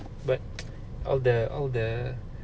but all the all the